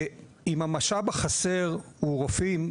אם המשאב החסר הוא רופאים,